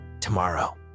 tomorrow